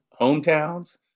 hometowns